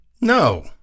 No